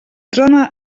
trona